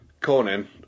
Conan